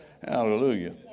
hallelujah